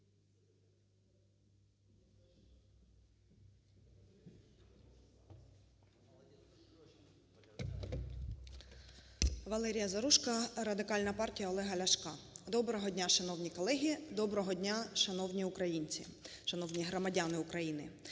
Валерія Заружко, Радикальна партія Олега Ляшка. Доброго дня, шановні колеги! Доброго дня, шановні українці, шановні громадяни України!